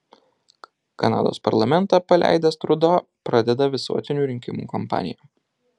kanados parlamentą paleidęs trudo pradeda visuotinių rinkimų kampaniją